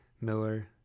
Miller